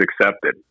accepted